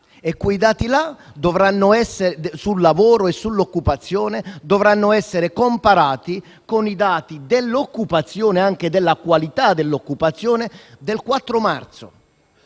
e quei dati sul lavoro e sull'occupazione dovranno essere comparati con i dati dell'occupazione e della qualità dell'occupazione al 4 marzo.